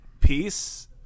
peace